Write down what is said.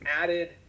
added